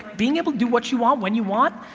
being able to do what you want, when you want,